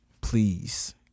please